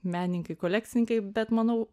menininkai kolekcininkai bet manau